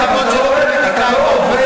ולא אצל הגחמות של הפוליטיקה של האופוזיציה.